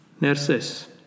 Nurses